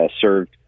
served